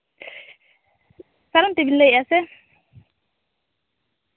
ᱥᱨᱟᱵᱚᱱᱛᱤᱢ ᱞᱟᱹᱭ ᱮᱫᱟ ᱥᱮ